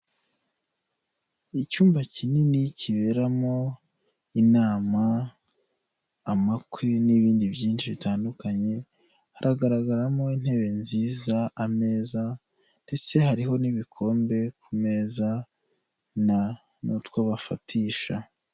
Icyumba kinini kiberamo inama, amakwe n'ibindi byinshi bitandukanye, hagaragaramo intebe nziza, ameza ndetse hariho n'ibikombe ku meza n'utwo bafatisha.